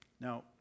Now